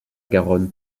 garonne